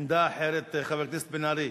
עמדה אחרת, חבר הכנסת בן-ארי.